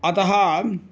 अतः